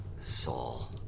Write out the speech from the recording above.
Saul